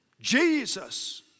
Jesus